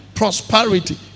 prosperity